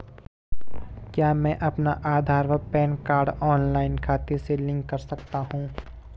क्या मैं अपना आधार व पैन कार्ड ऑनलाइन खाते से लिंक कर सकता हूँ?